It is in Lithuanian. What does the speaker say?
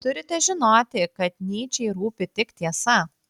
turite žinoti kad nyčei rūpi tik tiesa